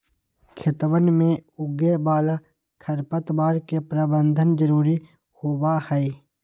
खेतवन में उगे वाला खरपतवार के प्रबंधन जरूरी होबा हई